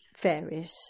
Various